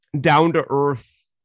down-to-earth